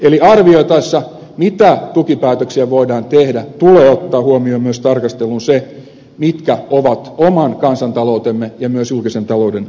eli arvioitaessa mitä tukipäätöksiä voidaan tehdä tulee ottaa huomioon ja myös tarkasteluun se mitkä ovat oman kansantaloutemme ja myös julkisen talouden reunaehdot